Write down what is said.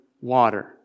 water